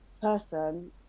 person